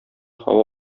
һава